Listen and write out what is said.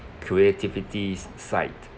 creativity's side